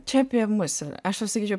čia apie mus yra aš pasakyčiau